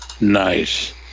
Nice